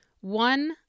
one